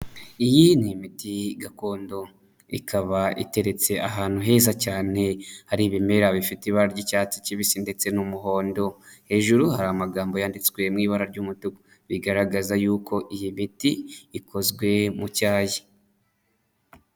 Iyi ni imiti gakondo ikaba iteretse ahantu heza cyane, hari ibimera bifite ibara ry'icyatsi kibisi ndetse n'umuhondo. Hejuru hari amagambo yanditswe mu ibara ry'umutuku, bigaragaza yuko iyi miti ikozwe mu cyayi.